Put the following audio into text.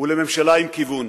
ולממשלה עם כיוון.